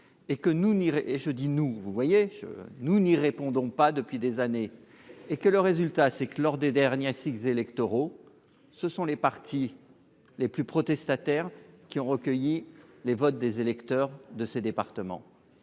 voyez, nous n'y répondons pas depuis des années et que le résultat c'est que lors des derniers cycles électoraux, ce sont les parties les plus protestataires qui ont recueilli les votes des électeurs de ces départements,